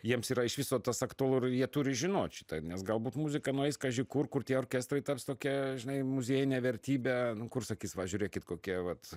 jiems yra iš viso tas aktualu ar jie turi žinot šitą nes galbūt muzika nueis kaži kur kur tie orkestrai taps tokia žinai muziejine vertybe kur sakys va žiūrėkit kokie vat